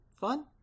fun